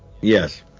Yes